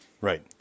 Right